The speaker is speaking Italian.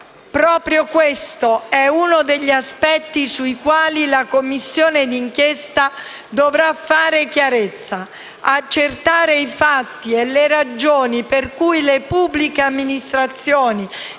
Proprio questo è uno degli aspetti sui quali la Commissione d'inchiesta dovrà fare chiarezza: accertare i fatti e le ragioni per cui le pubbliche amministrazioni